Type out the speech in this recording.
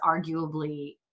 arguably